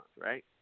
right